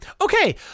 Okay